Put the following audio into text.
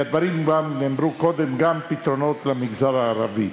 והדברים גם נאמרו קודם, גם פתרונות למגזר הערבי.